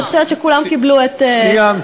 אדוני היושב-ראש, אני חושבת שכולם קיבלו את זמנם.